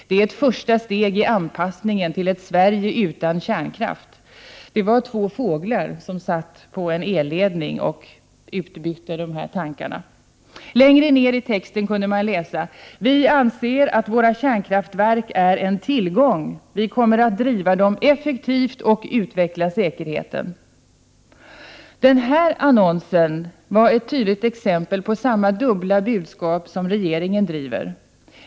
Det är ett första steg i anpassningen till ett Sverige utan kärnkraft.” Det var två fåglar som satt på en elledning och utbytte de här tankarna i annonsen. Längre ned i texten kunde man läsa: ”Vi anser att våra kärnkraftverk är en tillgång. Vi kommer att driva dem effektivt och utveckla säkerheten.” Den här annonsen är ett tydligt exempel på den typ av dubbla budskap som regeringen förmedlar.